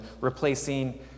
replacing